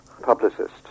publicist